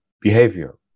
behavior